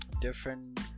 different